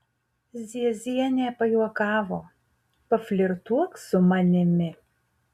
ziezienė pajuokavo paflirtuok su manimi